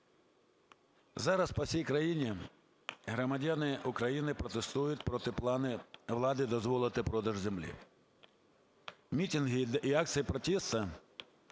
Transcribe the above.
Зараз по всій країні громадяни України протестують проти планів влади дозволити продаж землі. Мітинги і акції протесту